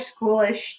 schoolish